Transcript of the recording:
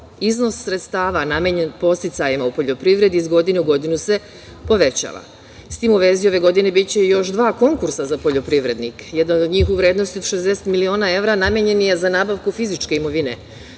iznos sredstava namenjen podsticajima u poljoprivredi iz godine u godinu se povećava. S tim u vezi ove godine biće još dva konkursa za poljoprivrednike. Jedan od njih u vrednosti od 60 miliona evra namenjen je za nabavku fizičke imovine